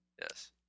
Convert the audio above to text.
Yes